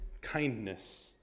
kindness